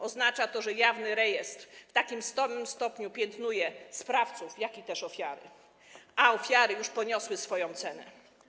Oznacza to, że jawny rejestr w takim samym stopniu piętnuje sprawców, jak i ofiary, a ofiary już poniosły swoją cenę.